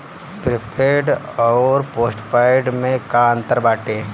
Prepaid अउर postpaid में का अंतर बाटे?